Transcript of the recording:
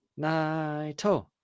Naito